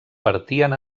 partien